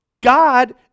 God